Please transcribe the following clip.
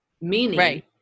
Meaning